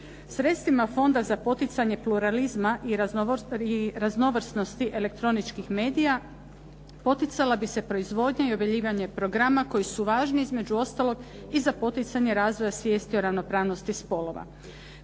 Sredstvima Fonda za poticanje pluralizma i raznovrsnosti elektroničkih medija poticala bi se proizvodnja i objavljivanje programa koji su važni između ostalog i za poticanje razvoja svijesti o ravnopravnosti spolova.